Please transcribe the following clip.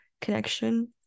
connection